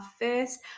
first